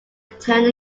turned